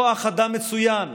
בשביל זה אימנו לו כוח אדם מצוין.